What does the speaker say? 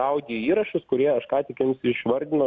audio įrašus kurie aš ką tik jums išvardinau